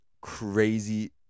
crazy